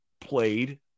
played